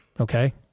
okay